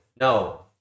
no